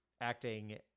acting